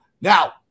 Now